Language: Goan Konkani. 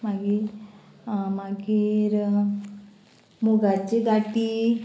मागी मागीर मुगाची गाटी